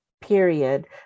period